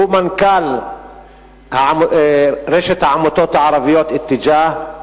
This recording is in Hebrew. שהוא מנכ"ל רשת העמותות הערבית "אתיג'אה",